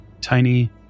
Tiny